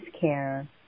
care